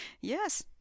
Yes